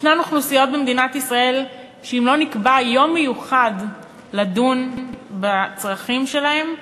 יש אוכלוסיות במדינת ישראל שאם לא נקבע יום מיוחד לדיון בצרכים שלהן,